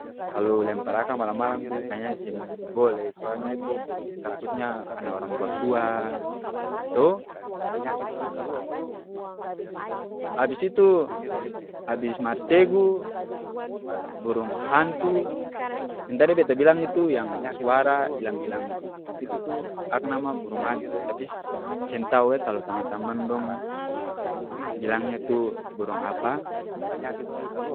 Kalo lempar akang malam-malam tu kayanya seng boleh soalnya itu takutnya kana orang tua-tua, to. abis itu, abis marsegu, burung hantu, yang tadi beta bilang itu yang suara ilang-ilang itu tu akang nama burung hantu, tapi seng tau e kalo tamang-tamang bilangnya tu burung apa.